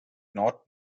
not